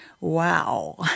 Wow